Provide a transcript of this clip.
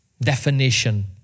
definition